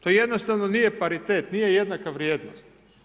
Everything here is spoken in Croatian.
To jednostavno nije paritet, nije jednaka vrijednost.